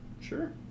Sure